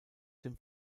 dem